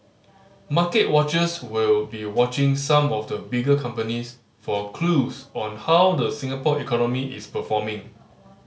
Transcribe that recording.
market watchers will be watching some of the bigger companies for clues on how the Singapore economy is performing